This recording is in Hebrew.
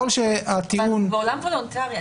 אנחנו בעולם וולונטרי.